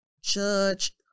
judge